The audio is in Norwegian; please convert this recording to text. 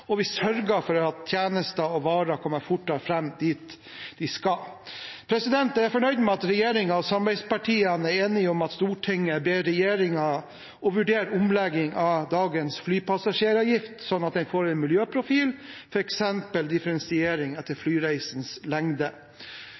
og vi sørger for at tjenester og varer kommer fortere fram dit de skal. Jeg er fornøyd med at regjeringspartiene og samarbeidspartiene er enige om at Stortinget ber regjeringen vurdere omlegging av dagens flypassasjeravgift slik at den får en miljøprofil, f.eks. differensiering etter flyreisens lengde.